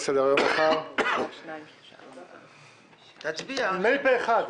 הצבעה בעד,